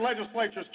legislatures